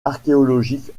archéologiques